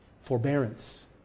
Forbearance